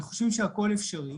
אני חושב שהכול אפשרי